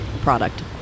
product